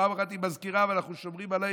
פעם אחת היא מזכירה "אבל אנחנו שומרים על הימין".